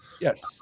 Yes